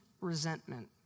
resentment